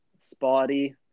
Spotty